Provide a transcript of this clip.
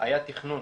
היה תכנון